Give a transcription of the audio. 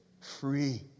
free